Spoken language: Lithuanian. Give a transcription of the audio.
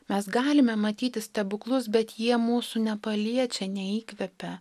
mes galime matyti stebuklus bet jie mūsų nepaliečia neįkvepia